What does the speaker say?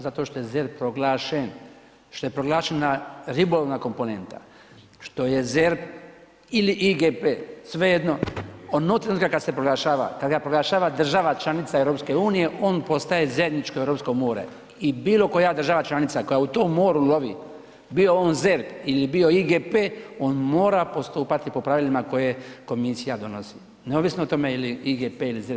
Zato što je ZERP proglašen, što je proglašena ribolovna komponenta, što je ZERP ili IGP, svejedno, od onog trenutka kad se proglašava, kad ga proglašava država članica EU, on postaje zajedničko europsko more i bilo koja država članica koja u tom moru lovi, bio on ZERP ili bio IGP, on mora postupati po pravilima koje komisija donosi neovisno o tome je li IGP ili ZERP.